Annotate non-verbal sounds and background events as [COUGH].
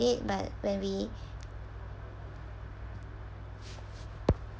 it but when we [NOISE]